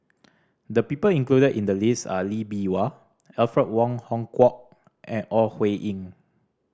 the people included in the list are Lee Bee Wah Alfred Wong Hong Kwok and Ore Huiying